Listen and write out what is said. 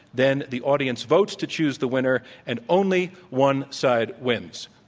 then, the audience votes to choose the winner. and only one side wins.